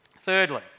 Thirdly